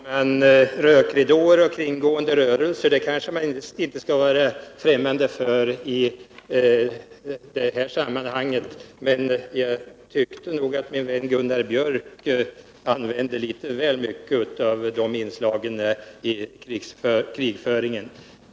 Herr talman! Rökridåer och kringgående rörelser kanske man inte skall vara främmande för i det här sammanhanget, men jag tyckte nog att min vän Gunnar Björk i Gävle använde litet väl mycket av de inslagen i krigföringen.